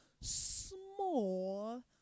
small